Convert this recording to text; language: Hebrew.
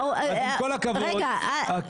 אז עם כל הכבוד.